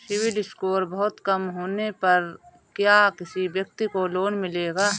CIBIL score बहुत कम होने पर क्या किसी व्यक्ति को लोंन मिलेगा?